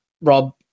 Rob